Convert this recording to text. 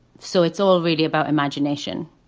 so it's all really about imagination.